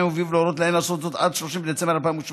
וביוב להורות להן לעשות זאת עד 30 בדצמבר 2017,